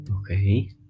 Okay